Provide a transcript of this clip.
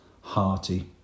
hearty